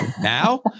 Now